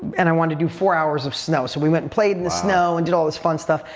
and i wanted to do four hours of snow so we went and played in the snow and did all this fun stuff.